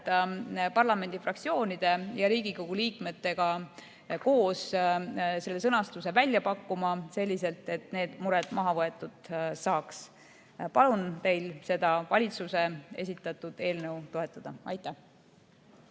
parlamendifraktsioonide ja Riigikogu liikmetega koos selle sõnastuse välja pakkuma selliselt, et need mured maha võetud saaks. Palun teil seda valitsuse esitatud eelnõu toetada. Aitäh!